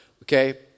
Okay